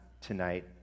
tonight